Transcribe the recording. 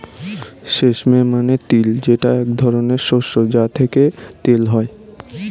sesame মানে তিল যেটা এক ধরনের শস্য যা থেকে তেল হয়